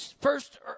first